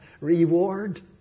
Reward